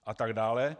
A tak dále.